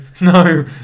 No